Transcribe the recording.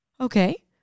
okay